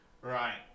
Right